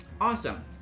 awesome